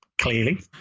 clearly